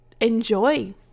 enjoy